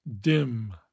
dim